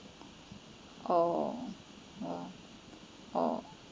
oh oh oh